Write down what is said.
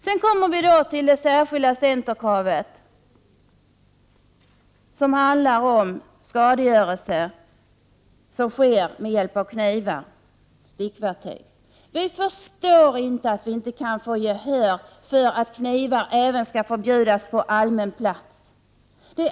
Jag kommer sedan till det särskilda kravet från centern på åtgärder mot skadegörelse som sker med hjälp av kniv och stickverktyg. Vi förstår inte att vi inte kan få gehör för att även bärande av kniv på allmän plats skall förbjudas.